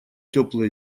теплые